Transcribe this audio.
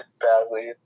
badly